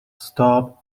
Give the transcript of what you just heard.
stop